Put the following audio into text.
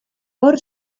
hor